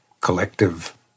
collective